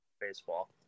baseball